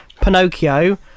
Pinocchio